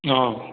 অঁ